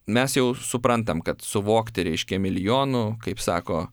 mes jau suprantam kad suvokti reiškia milijonų kaip sako